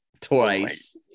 twice